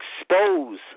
expose